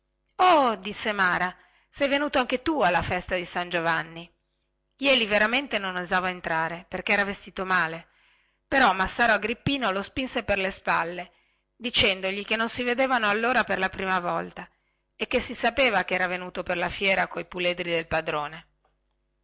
oh gli disse mara sei venuto anche tu per la festa di san giovanni jeli non avrebbe voluto entrare perchè era vestito male però massaro agrippino lo spinse per le spalle dicendogli che non si vedevano allora per la prima volta e che si sapeva che era venuto per la fiera coi puledri del padrone